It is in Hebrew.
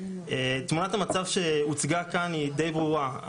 תמונת המצב שהוצגה כאן היא די ברורה.